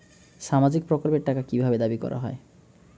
সামাজিক প্রকল্পের টাকা কি ভাবে দাবি করা হয়?